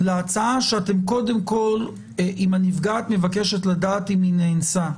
להצעה שאתם קודם כל אם הנפגעת מבקשת לדעת אם היא נאנסה,